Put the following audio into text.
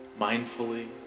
mindfully